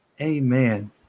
Amen